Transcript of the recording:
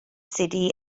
city